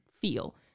feel